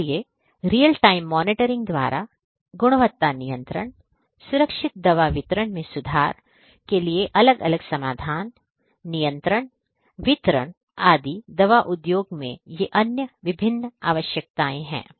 इसलिए real time monitoring द्वारा गुणवत्ता नियंत्रण सुरक्षित दवा वितरण में सुधार के लिए अलग अलग समाधान नियंत्रण वितरण आदि दवा उद्योग में ये अन्य विभिन्न आवश्यकताएं हैं